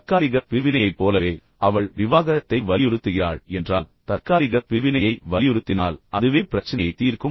தற்காலிக பிரிவினையைப் போலவே அவள் விவாகரத்தை வலியுறுத்துகிறாள் என்றால் தற்காலிக பிரிவினையை வலியுறுத்தினால் அதுவே பிரச்சினையைத் தீர்க்கும்